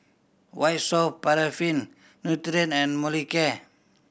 White Soft Paraffin Nutren and Molicare